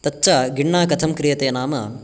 तच्च गिण्णा कथं क्रियते नाम